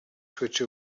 switch